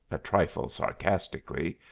a trifle sarcastically,